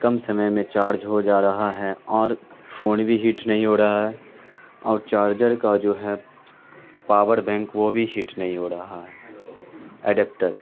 کم سمے میں چاڑج ہو جا رہا ہے اور فون بھی ہیٹ نہیں ہو رہا ہے اور چارجڑ کا جو ہے پاور بینک وہ بھی ہیٹ نہیں ہو رہا ہے ایڈپٹر